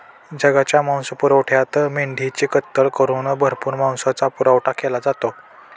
जगाच्या मांसपुरवठ्यात मेंढ्यांची कत्तल करून भरपूर मांसाचा पुरवठा केला जातो